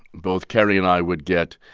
both kerry and i would get